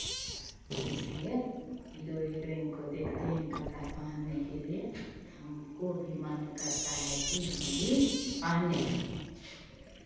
इसलिये hero heroine को देखते हैं कपड़ा पहनने के लिये हमको भी मन करता है कि हम भी पहने